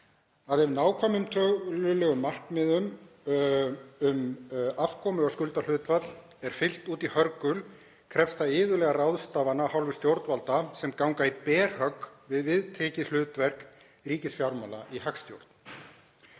að ef nákvæmum tölulegum markmiðum um afkomu og skuldahlutfall er fylgt út í hörgul krefst það iðulega ráðstafana af hálfu stjórnvalda sem ganga í berhögg við viðtekið hlutverk ríkisfjármála í hagstjórn.